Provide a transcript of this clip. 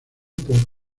por